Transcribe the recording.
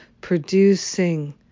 producing